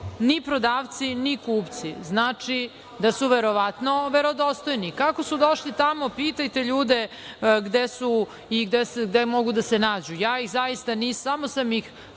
ni prodavci, ni kupci. Znači da su verovatno verodostojni. Kako su došli tamo, pitajte ljude gde su i gde mogu da se nađe. Ja sam samo uzela